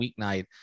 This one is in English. weeknight